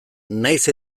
nahiz